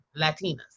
Latinas